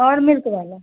और मिल्क वाला